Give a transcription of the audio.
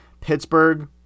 Pittsburgh